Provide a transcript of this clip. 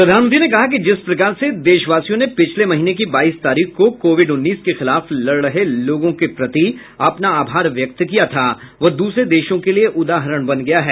प्रधानमंत्री ने कहा कि जिस प्रकार से देशवासियों ने पिछले महीने की बाईस तारीख को कोविड उन्नीस के खिलाफ लड़ रहे लोगों के प्रति अपना आभार व्यक्त किया था वह दूसरे देशों के लिए उदाहरण बन गया है